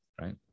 Right